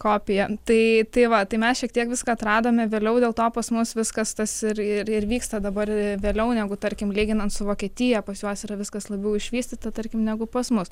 kopija tai tai va tai mes šiek tiek viską atradome vėliau dėl to pas mus viskas tas ir ir vyksta dabar vėliau negu tarkim lyginant su vokietija pas juos yra viskas labiau išvystyta tarkim negu pas mus